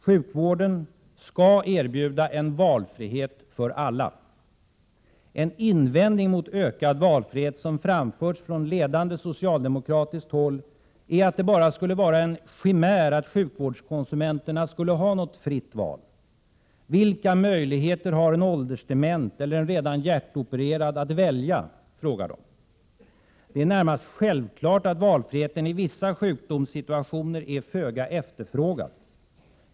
Sjukvården skall erbjuda en valfrihet för alla. En invändning mot ökad valfrihet som framförts från ledande socialdemokratiskt håll är att det bara skulle vara en chimär att sjukvårdskonsumenterna skulle ha något fritt val. Vilka möjligheter har en åldersdement eller en redan hjärtopererad att välja, frågar de. Det är närmast självklart att valfriheten i vissa sjukdomssituationer är föga efterfrågad.